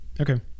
Okay